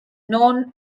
known